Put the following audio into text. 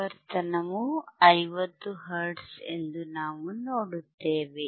ಆವರ್ತನವು 50 ಹರ್ಟ್ಜ್ ಎಂದು ನಾವು ನೋಡುತ್ತೇವೆ